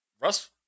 Russ